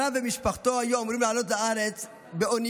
הרב ומשפחתו היו אמורים לעלות לארץ באונייה,